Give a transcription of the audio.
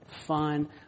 fun